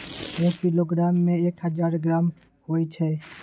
एक किलोग्राम में एक हजार ग्राम होय छै